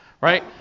Right